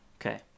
Okay